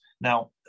now